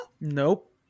Nope